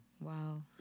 Wow